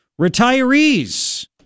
Retirees